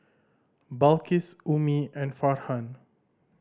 Balqis Ummi and Farhan